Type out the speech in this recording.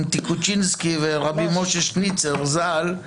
עם טיקוצ'ינסקי ור' משה שניצר ז"ל,